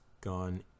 gone